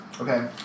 Okay